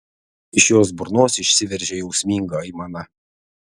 iš jos burnos išsiveržė jausminga aimana